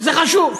זה חשוב.